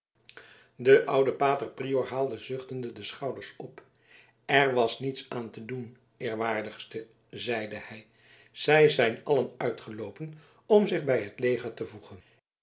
de oude pater prior haalde zuchtende de schouders op er was niets aan te doen eerwaardigste zeide hij zij zijn allen uitgeloopen om zich bij het leger te voegen